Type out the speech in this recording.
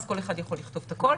אז כל אחד יכול לכתוב את הכול.